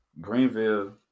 Greenville